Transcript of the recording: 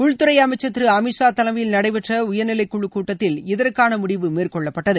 உள்துறை அமைச்சர் திரு அமித்ஷா தலைமையில் நடைபெற்ற உயர்நிலை குழு கூட்டத்தில் இதற்கான முடிவு மேற்கொள்ளப்பட்டது